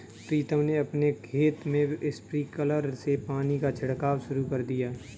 प्रीतम ने अपने खेत में स्प्रिंकलर से पानी का छिड़काव शुरू कर दिया है